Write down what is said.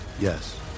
Yes